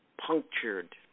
punctured